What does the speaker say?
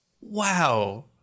wow